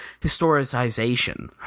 historicization